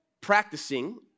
practicing